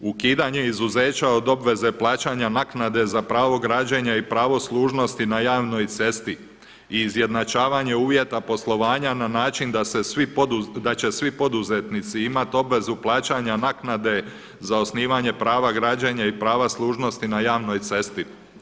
Ukidanje izuzeća od obveze plaćanja naknade za pravo građenja i pravo služnosti na javnoj cesti i izjednačavanje uvjeta poslovanja na način da će svi poduzetnici imati obvezu plaćanja naknade za osnivanje prava građenja i prava služnosti na javnoj cesti.